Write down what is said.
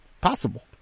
possible